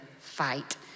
fight